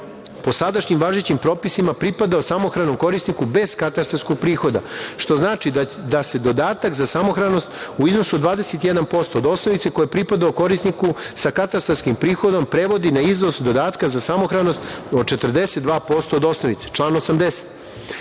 po sadašnjim važećim propisima pripada samohranom korisniku bez katastarskog prihoda, što znači da se dodatak za samohranost u iznosu od 21% od osnovice, koji je pripadao korisniku sa katastarskim prihodom, prevodi na iznos dodatka za samohranost od 42% od osnovice – član